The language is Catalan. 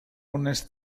unes